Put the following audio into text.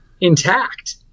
intact